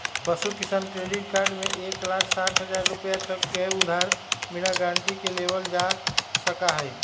पशु किसान credit card में एक लाख साठ हजार रुपए तक के उधार बिना गारंटी के लेबल जा सका हई